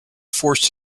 forced